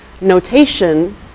notation